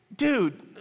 dude